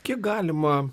kiek galima